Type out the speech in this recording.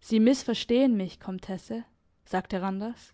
sie missverstehen mich komtesse sagte randers